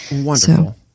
wonderful